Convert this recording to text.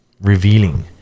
revealing